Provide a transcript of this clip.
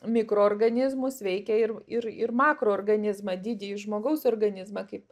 mikroorganizmus veikia ir ir ir makro organizmą didįjį žmogaus organizmą kaip